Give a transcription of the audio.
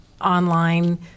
online